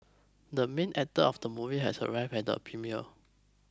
the main actor of the movie has arrived at the premiere